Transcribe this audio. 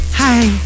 hi